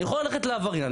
אני יכול ללכת לעבריין,